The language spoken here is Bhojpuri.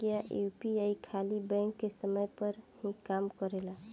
क्या यू.पी.आई खाली बैंक के समय पर ही काम करेला?